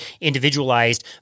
individualized